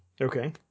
Okay